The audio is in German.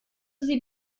sie